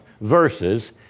verses